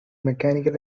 mechanical